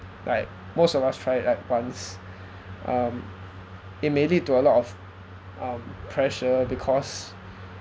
like most of us try like once um it may lead to a lot of um pressure because